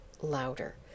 louder